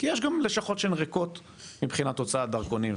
כי יש גם לשכות שהן ריקות מבחינת הוצאת דרכונים.